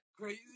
crazy